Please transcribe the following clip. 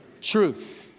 truth